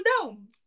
dome